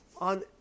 on